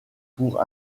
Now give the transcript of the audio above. pour